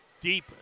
deep